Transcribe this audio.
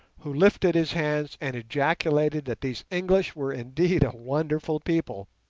who lifted his hands and ejaculated that these english were indeed a wonderful people.